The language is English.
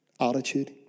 attitude